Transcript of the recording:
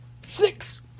six